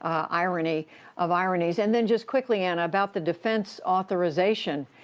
um irony of ironies. and then just quickly, anna, about the defense authorization